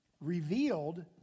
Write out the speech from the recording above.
revealed